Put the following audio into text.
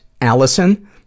Allison